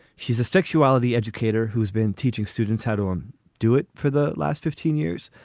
she's a sexuality educator who's been teaching students how to um do it for the last fifteen years.